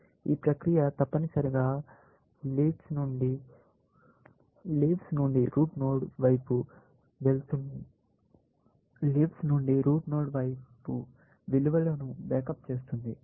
ఈ ప్రక్రియ తప్పనిసరిగా లీవ నుండి రూట్ నోడ్ వైపు విలువలను బ్యాకప్ చేస్తుంది